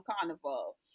carnival